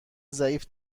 ضعیف